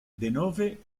denove